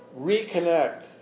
reconnect